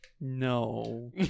No